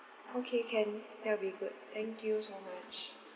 okay can that will be good thank you so much